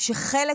שחלק